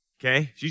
Okay